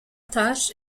tosh